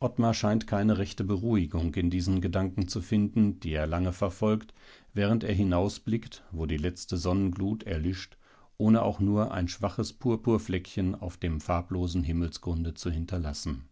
ottmar scheint keine rechte beruhigung in diesen gedanken zu finden die er lange verfolgt während er hinausblickt wo die letzte sonnenglut erlischt ohne auch nur ein schwaches purpurfleckchen auf dem farblosen himmelsgrunde zu hinterlassen